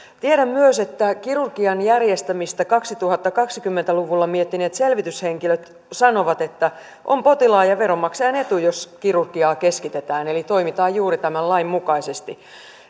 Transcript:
tiedän myös että kirurgian järjestämistä kaksituhattakaksikymmentä luvulla miettineet selvityshenkilöt sanovat että on potilaan ja veronmaksajan etu jos kirurgiaa keskitetään eli toimitaan juuri tämän lain mukaisesti